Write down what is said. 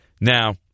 Now